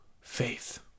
faith